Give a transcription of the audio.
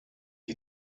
you